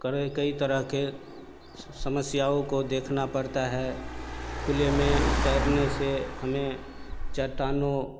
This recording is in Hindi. करें कई तरह के समस्याओं को देखना पड़ता है खुले में तैरने से हमें चट्टानों